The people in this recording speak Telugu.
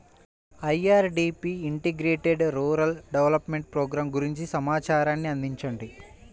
IRDP integrated rural development programme గురించి సమాచారాన్ని అందించండి?